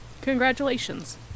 Congratulations